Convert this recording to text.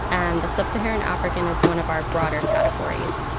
and the sub-saharan african is one of our broader categories.